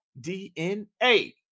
DNA